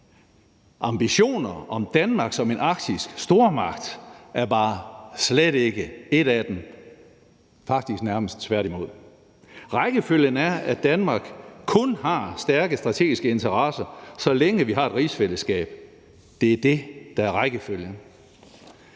Ambitioner om Danmark som en arktisk stormagt er bare slet ikke en af dem, faktisk nærmest tværtimod. Rækkefølgen er, at Danmark kun har stærke strategiske interesser, så længe vi har et rigsfællesskab. Det er det, der er rækkefølgen.